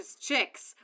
chicks